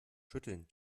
schütteln